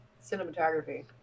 cinematography